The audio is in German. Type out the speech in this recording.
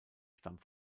stammt